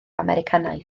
americanaidd